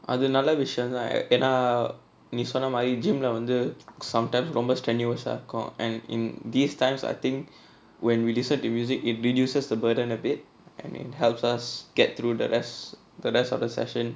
அது நல்ல விஷயந்தா ஏன்னா நீ சொன்னமாரி:athu nalla vishayanthaa yaenna nee sonnamaari gym வந்து:vanthu sometimes ரொம்ப:romba and in these times I think when we listen to music it reduces the burden a bit and it helps us get through the res~ the rest of the session